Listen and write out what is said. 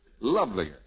lovelier